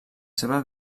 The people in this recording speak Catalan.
seva